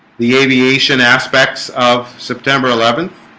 the aviation aspects of september eleventh